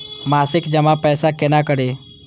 मासिक जमा पैसा केना करी?